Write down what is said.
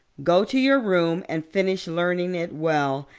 go to your room and finish learning it well,